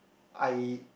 I